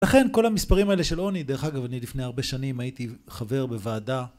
לכן כל המספרים האלה של עוני, דרך אגב אני לפני הרבה שנים הייתי חבר בוועדה